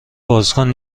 بازکن